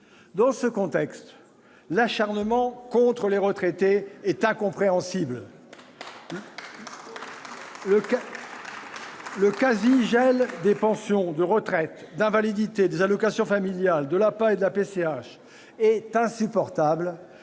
Dans ce contexte, l'acharnement contre les retraités est incompréhensible. Le quasi-gel des pensions de retraite, d'invalidité, des allocations familiales, de l'allocation